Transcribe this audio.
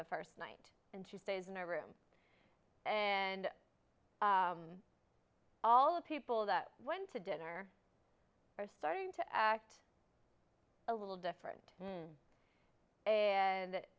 the first night and she stays in a room and all the people that went to dinner are starting to act a little different and that